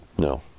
No